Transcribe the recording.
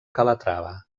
calatrava